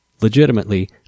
Legitimately